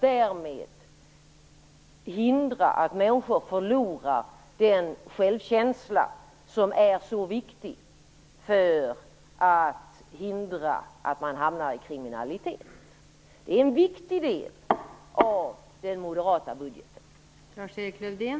Därmed förhindrar man att människor förlorar den självkänsla som är så viktig för att förhindra att man hamnar i kriminalitet. Det är en viktig del av den moderata budgeten.